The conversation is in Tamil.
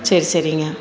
சரி சரிங்க